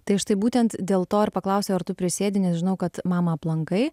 tai štai būtent dėl to ir paklausiau ar tu prisėdi nes žinau kad mamą aplankai